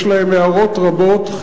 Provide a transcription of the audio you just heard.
יש להם הערות רבות,